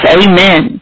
amen